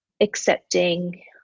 accepting